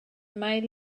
mae